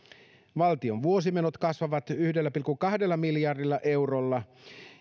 valtion vuosimenot kasvavat yhdellä pilkku kahdella miljardilla eurolla